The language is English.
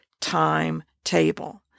timetable